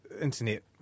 internet